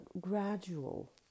gradual